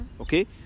okay